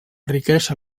riquesa